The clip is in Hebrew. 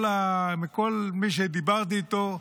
כל מי שדיברתי איתו,